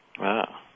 Wow